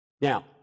Now